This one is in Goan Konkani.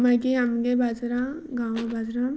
मागीर आमच्या बाजरां गांवा बाजरां